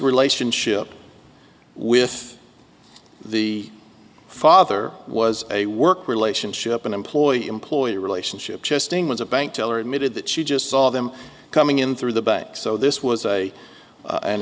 relationship with the father was a work relationship an employee employer relationship testing was a bank teller admitted that she just saw them coming in through the bank so this was a an